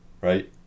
right